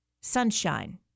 sunshine